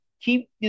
keep –